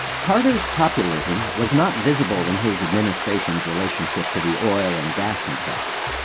carter's populism was not visible in his administration's relationship to the oil and gas interests.